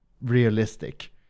realistic